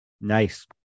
Nice